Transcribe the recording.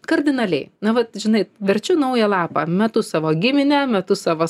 kardinaliai na vat žinai verčiu naują lapą metu savo giminę metu savo